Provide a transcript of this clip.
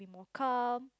be more calm